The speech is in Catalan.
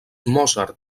mozart